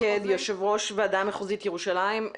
עמיר שקד, יו"ר ועדה מחוזית ירושלים,